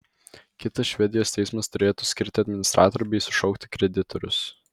kitas švedijos teismas turėtų skirti administratorių bei sušaukti kreditorius